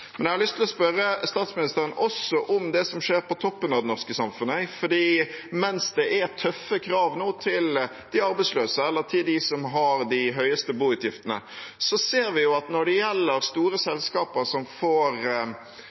Jeg har lyst til å spørre statsministeren også om det som skjer på toppen av det norske samfunnet, for mens det nå er tøffe krav til de arbeidsløse eller til dem som har de høyeste boutgiftene, ser vi at når det gjelder store selskaper som får